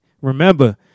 Remember